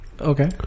Okay